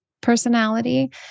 personality